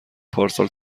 پارسال